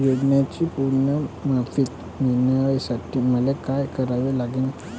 योजनेची पूर्ण मायती मिळवासाठी मले का करावं लागन?